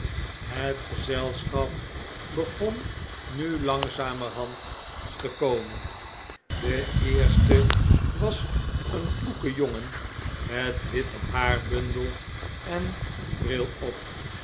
het gezelschap begon nu langzamerhand te komen de eerste was een kloeke jongeh met witten haarbundel en een bril op